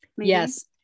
Yes